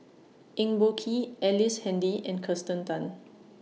Eng Boh Kee Ellice Handy and Kirsten Tan